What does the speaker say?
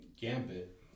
Gambit